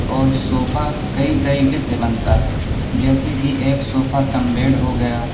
اور صوفہ کئی طریقے سے بنتا ہے جیسے کہ ایک صوفہ کم بیڈ ہو گیا